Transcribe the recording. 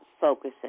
focusing